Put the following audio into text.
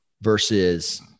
versus